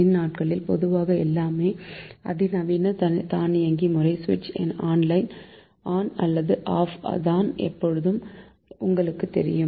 இந்நாட்களில் பொதுவாக எல்லாமே அதிநவீன தானியங்கி முறை சுவிட்ச் ஆன் அல்லது ஆப் தான் என்பது உங்களுக்கு தெரியும்